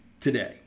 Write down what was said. today